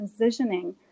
transitioning